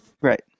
Right